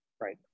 Right